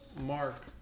Mark